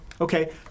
Okay